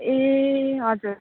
ए हजुर